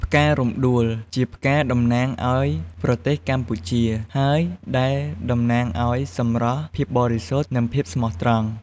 ផ្ការំដួលជាផ្កាតំណាងអោយប្រទេសកម្ពុជា ហើយដែលតំណាងឲ្យ សម្រស់ ភាពបរិសុទ្ធ និង ភាពស្មោះត្រង់។